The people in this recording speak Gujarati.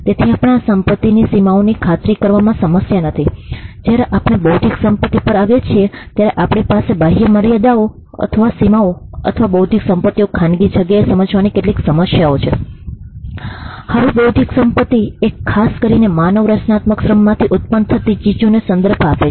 તેથી આપણને આ સંપત્તિની સીમાઓની ખાતરી કરવામાં સમસ્યા નથી જ્યારે આપણે બૌદ્ધિક સંપત્તિ પર આવીએ છીએ ત્યારે આપણી પાસે બાહ્ય મર્યાદાઓ અથવા સીમાઓ અથવા બૌદ્ધિક સંપત્તિની ખાનગી જગ્યાને સમજવાની કેટલીક સમસ્યાઓ છે હવે બૌદ્ધિક સંપત્તિ એ ખાસ કરીને માનવ રચનાત્મક શ્રમમાંથી ઉત્પન્ન થતી ચીજોનો સંદર્ભ આપે છે